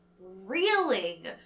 reeling